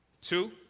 two